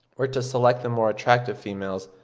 were to select the more attractive females,